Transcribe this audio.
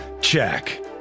check